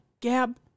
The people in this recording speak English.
Gab